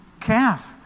calf